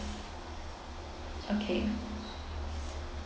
okay